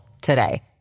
today